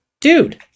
dude